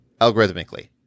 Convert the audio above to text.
algorithmically